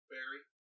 Barry